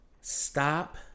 Stop